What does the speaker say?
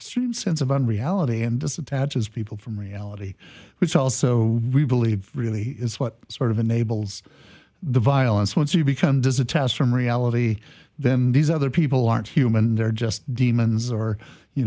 strange sense of unreality and this attaches people from reality which also we believe really is what sort of enables the violence once you become does a test from reality then these other people aren't human they're just demons or you